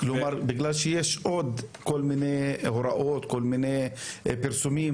בגלל שיש עוד כל מיני הוראות וכל מיני פרסומים?